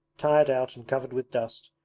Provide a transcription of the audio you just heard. tired out and covered with dust,